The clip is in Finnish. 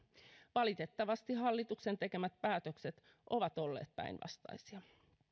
valitettavasti hallituksen tekemät päätökset ovat olleet päinvastaisia